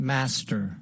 Master